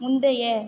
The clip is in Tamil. முந்தைய